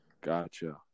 Gotcha